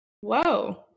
Whoa